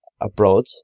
abroad